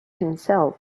himself